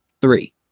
three